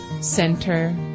center